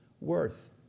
worth